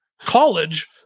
college